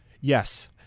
Yes